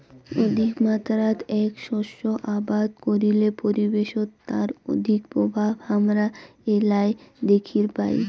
অধিকমাত্রাত এ্যাক শস্য আবাদ করিলে পরিবেশত তার অধিক প্রভাব হামরা এ্যালায় দ্যাখির পাই